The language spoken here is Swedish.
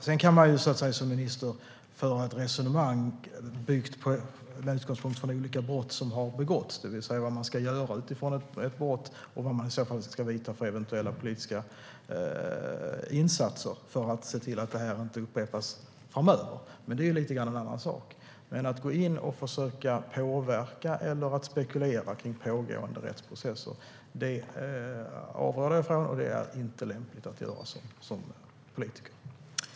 Sedan kan man som minister föra ett resonemang, med utgångspunkt från olika brott som har begåtts, om vad man ska göra utifrån ett brott och vad man ska vidta för eventuella politiska insatser för att se till att det inte upprepas framöver, men det är lite grann en annan sak. Men att gå in och försöka påverka eller spekulera kring pågående rättsprocesser avråder jag från. Det är inte lämpligt att göra som politiker.